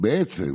בעצם